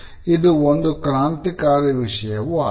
ಇದು ಒಂದು ಕ್ರಾಂತಿ ಕಾರಿ ವಿಷಯವು ಆಗಿದೆ